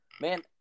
Man